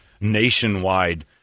nationwide